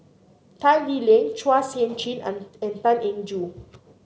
Tan Lee Leng Chua Sian Chin and Tan Eng Joo